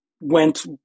went